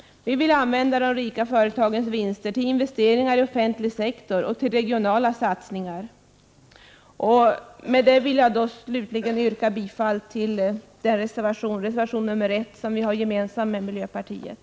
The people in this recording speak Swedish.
Vi vill använda de rika företagens vinster till investeringar i offentlig sektor och till regionala satsningar. Med det anförda vill jag yrka bifall till reservation 1, som är gemensam för vpk och miljöpartiet.